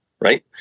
right